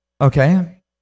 Okay